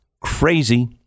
crazy